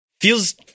feels